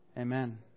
Amen